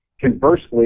Conversely